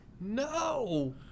No